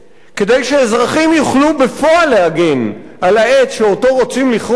כדי שאזרחים יוכלו בפועל להגן על העץ שאותו רוצים לכרות,